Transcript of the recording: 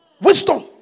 wisdom